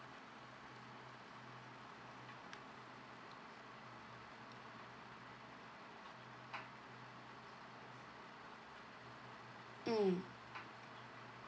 mm